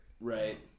right